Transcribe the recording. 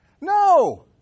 No